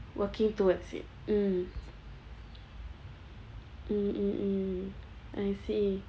working towards it mm mm mm mm I see